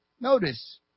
Notice